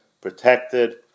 protected